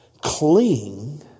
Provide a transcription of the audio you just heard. Cling